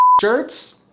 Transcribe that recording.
Shirts